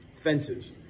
fences